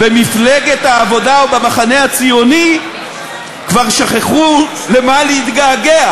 במפלגת העבודה ובמחנה הציוני כבר שכחו למה להתגעגע,